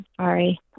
sorry